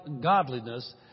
godliness